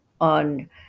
on